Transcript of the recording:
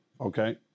Okay